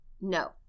No